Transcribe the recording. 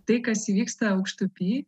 tai kas įvyksta aukštupy